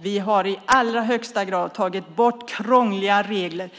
Vi har i allra högsta grad tagit bort krångliga regler.